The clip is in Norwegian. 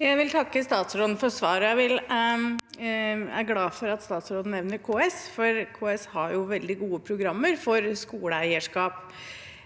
Jeg vil takke stats- råden for svaret. Jeg er glad for at statsråden nevner KS, for KS har veldig gode programmer for skoleeierskap.